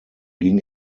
ging